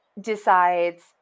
decides